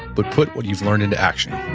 but put what you've learned into action